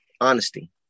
Honesty